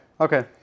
Okay